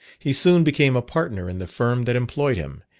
he soon became a partner in the firm that employed him,